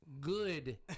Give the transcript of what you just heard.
good